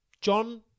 John